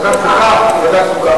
ועדת חוקה.